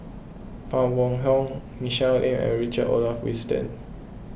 Phan Wait Hong Michelle Lim and Richard Olaf Winstedt